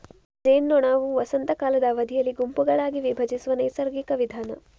ಜೇನ್ನೊಣವು ವಸಂತ ಕಾಲದ ಅವಧಿಯಲ್ಲಿ ಗುಂಪುಗಳಾಗಿ ವಿಭಜಿಸುವ ನೈಸರ್ಗಿಕ ವಿಧಾನ